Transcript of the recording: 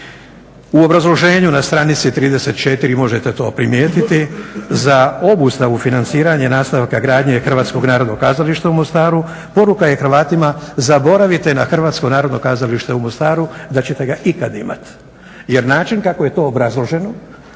u obrazloženju na stranici 34, možete to primijetiti za obustavu financiranja i nastavka gradnje Hrvatskog narodnog kazališta u Mostaru poruka je Hrvatima zaboravite na Hrvatsko Narodno Kazalište u Mostaru da ćete ga ikada imati. Jer način kako je to obrazloženo